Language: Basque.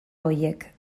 horiek